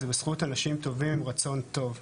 זה בזכות אנשים טובים עם רצון טוב,